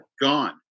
gone